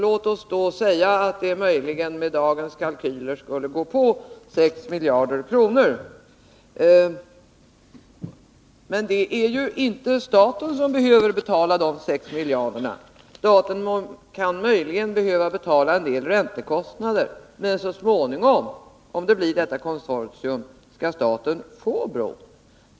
Låt oss då säga att den möjligen enligt dagens kalkyler skulle gå på 6 miljarder kronor. Men det är ju inte staten som behöver betala dessa 6 miljarder. Staten kan möjligen behöva betala en del räntekostnader, men så småningom skall staten, om det blir som man tänkt med konsortiet, få bron.